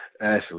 Ashley